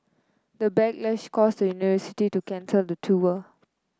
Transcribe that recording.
the backlash caused the university to cancel the tour